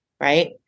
right